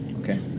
Okay